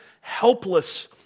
helpless